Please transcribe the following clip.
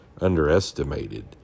underestimated